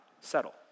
settle